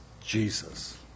Jesus